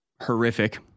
horrific